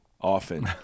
often